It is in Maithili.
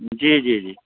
जी जी जी